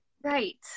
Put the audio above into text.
Right